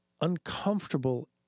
uncomfortable